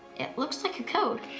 it looks like a code.